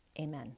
Amen